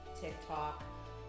TikTok